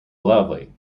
lovely